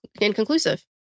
inconclusive